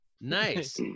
Nice